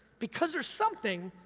because there's something,